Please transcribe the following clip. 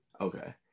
Okay